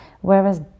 whereas